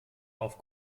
auf